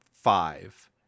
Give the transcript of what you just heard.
five